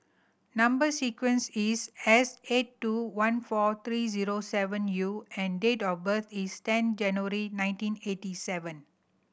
number sequence is S eight two one four three zero seven U and date of birth is ten January nineteen eighty seven